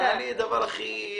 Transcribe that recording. זה לא לעניין.